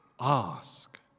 ask